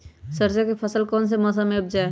सरसों की फसल कौन से मौसम में उपजाए?